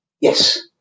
Yes